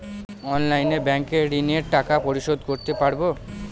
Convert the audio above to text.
অনলাইনে ব্যাংকের ঋণের টাকা পরিশোধ করতে পারবো?